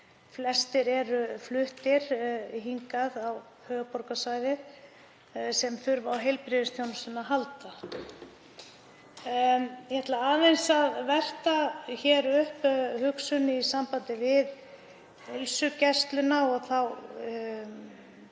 flestir eru fluttir hingað á höfuðborgarsvæðið sem þurfa á heilbrigðisþjónustunni að halda. Ég ætla aðeins að velta hér upp hugsun í sambandi við heilsugæsluna og þá